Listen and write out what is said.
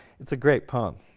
it's a great poem,